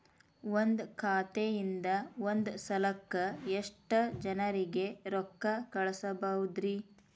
ಒಂದ್ ಖಾತೆಯಿಂದ, ಒಂದ್ ಸಲಕ್ಕ ಎಷ್ಟ ಜನರಿಗೆ ರೊಕ್ಕ ಕಳಸಬಹುದ್ರಿ?